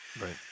Right